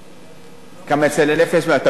מה, תלוי בסכום, תלוי בחלוקה.